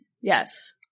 Yes